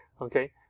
okay